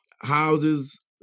houses